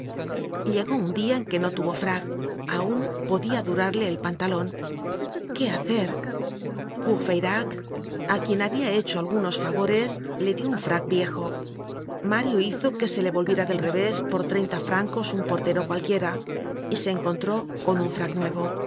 á él llegó un dia en que no tuvo frac aun podia durarle el pantalon qué hacer courfeyrac á quien habia hecho algunos favores le dio un frac viejo mario hizo que se le volviera del revés por treinta francos un portero cualquiera y se encontró con un